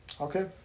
Okay